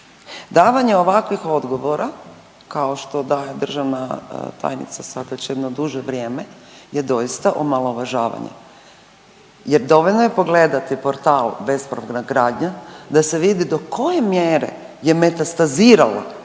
Davanje ovakvih odgovora kao što daje državna tajnica sad već jedno duže vrijeme je doista omalovažavanje jer dovoljno je pogledati portal Bespravna gradnja da se vidi do koje mjere je metastazirala